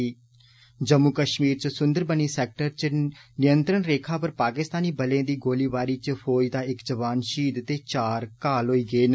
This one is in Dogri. ऽ जम्मू कष्मीर च सुन्दरबनी सैक्टर च नियंत्रण रेखा पर पाकिस्तानी बले दी गोलाबारी च फौज दा इक जवान षहीद ते चार घायल होई गे न